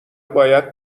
باید